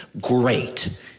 great